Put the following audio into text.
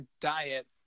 diet